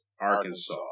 Arkansas